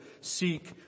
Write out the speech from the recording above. seek